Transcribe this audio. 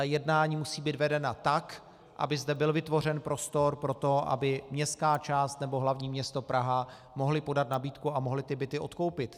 Jednání musí být vedena tak, aby zde byl vytvořen prostor pro to, aby městská část nebo hl. město Praha mohly podat nabídku a mohly byty odkoupit.